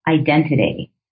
identity